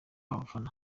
abafana